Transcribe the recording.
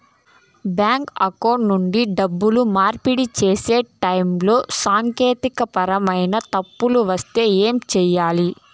bank account నుండి డబ్బులు మార్పిడి సేసే టైములో సాంకేతికపరమైన తప్పులు వస్తే ఏమి సేయాలి